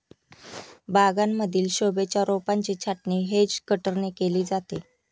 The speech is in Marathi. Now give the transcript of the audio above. बागांमधील शोभेच्या रोपांची छाटणी हेज कटरने केली जाते